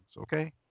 Okay